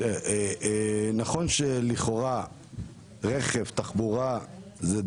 נכון שלכאורה רכב תחבורה זה דומה,